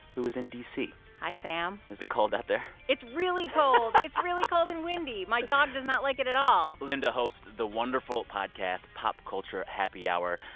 who is in d c hi, sam is it cold out there? it's really cold it's really cold and windy. my dog does not like it at all linda hosts the wonderful podcast pop culture happy hour.